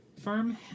firm